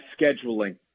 scheduling